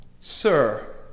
Sir